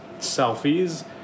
selfies